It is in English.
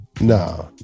Nah